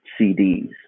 CDs